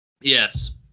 yes